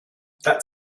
that